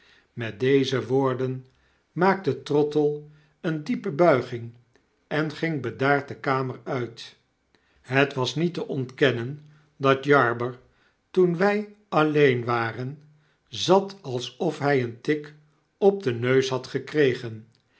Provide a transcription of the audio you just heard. met deze woorden maakte trottle eene diepe buiging en ging bedaard de kamer uit het was niet te ontkennen dat jarber toen wij alleen waren zat alsof hij een tik op den neus had gekregen